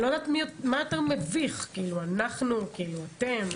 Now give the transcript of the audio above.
לא יודעת מה יותר מביך, אנחנו, אתם?